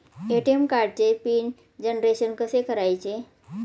ATM कार्डचे pin generation कसे करायचे?